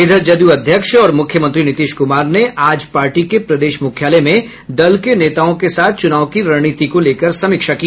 इधर जद्रय अध्यक्ष और मुख्यमंत्री नीतीश कुमार ने आज पार्टी के प्रदेश मुख्यालय में दल के नेताओं के साथ चुनाव की रणनीति को लेकर समीक्षा की